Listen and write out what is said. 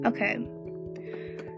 okay